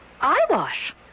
Eyewash